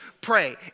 pray